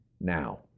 Now